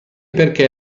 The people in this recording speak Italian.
perché